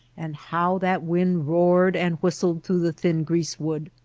and how that wind roared and whistled through the thin grease wood!